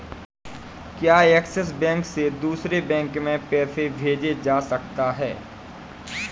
क्या Axis bank से दूसरे बैंक में पैसे भेजे जा सकता हैं?